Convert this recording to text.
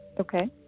okay